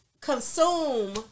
consume